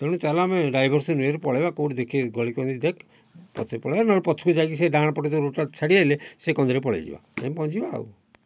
ତେଣୁ ଚାଲ ଆମେ ଡ୍ରାଇଭରସନ ଇଏରେ ପଳେଇବା କେଉଁଠି ଦେଖିକି ଗଳି କନ୍ଦି ଦେଖ ପଛରେ ପଳେଇବା ନହେଲେ ପଛକୁ ଯାଇକି ସେ ଡାହାଣ ପଟ ଯେଉଁ ରୁଟ୍ଟା ଛାଡ଼ି ଆସିଲେ ସେ କନ୍ଦିରେ ପଳେଇଯିବା ଯାଇଁ କି ପହଞ୍ଚିଯିବା ଆଉ